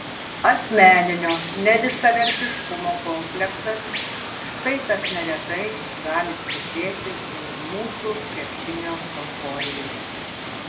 asmeninio nevisavertiškumo kompleksas štai kas neretai gali slypėti už mūsų krepšinio euforijos